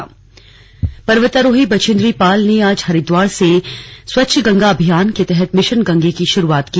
mission Gange पर्वतारोही बछेंद्री पाल ने आज हरिद्दार से स्वच्छ गंगा अभियान के तहत मिशन गंगे की शुरुआत की